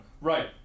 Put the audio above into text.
Right